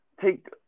Take